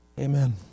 Amen